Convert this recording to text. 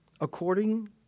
according